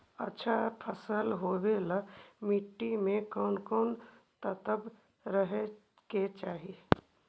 अच्छा फसल होबे ल मट्टी में कोन कोन तत्त्व रहे के चाही?